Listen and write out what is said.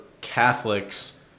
Catholics